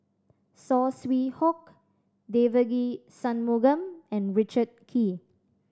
Saw Swee Hock Devagi Sanmugam and Richard Kee